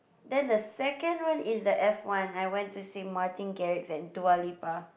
then the second one is the F-one I went to see Martin-Garrix and Dua-Lipa